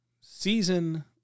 season